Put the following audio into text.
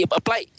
apply